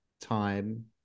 time